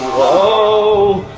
whoa!